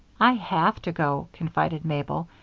i have to go, confided mabel,